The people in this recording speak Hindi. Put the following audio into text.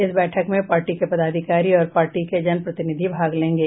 इस बैठक में पार्टी के पदाधिकारी और पार्टी के जनप्रतिनिधि भाग लेंगे